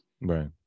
Right